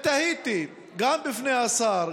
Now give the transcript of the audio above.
תהיתי גם בפני השר,